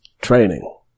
training